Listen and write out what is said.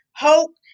hope